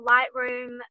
Lightroom